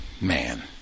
man